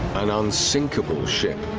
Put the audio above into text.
and unsinkable ship.